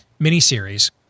miniseries